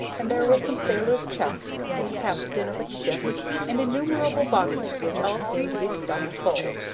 and there were some sailor's chests and the capstan of a ship and innumerable boxes which all seemed to be stuffed full,